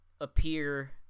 appear